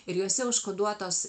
ir juose užkoduotos